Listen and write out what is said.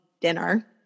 dinner